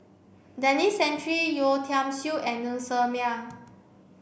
Denis Santry Yeo Tiam Siew and Ng Ser Miang